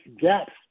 gaps